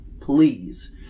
Please